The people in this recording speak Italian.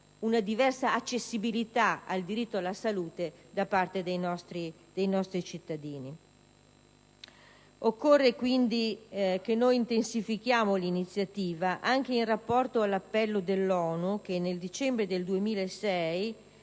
una diversa accessibilità al diritto alla salute da parte dei nostri cittadini. È quindi necessario intensificare l'iniziativa, anche in rapporto all'appello dell'ONU che, nel dicembre 2006,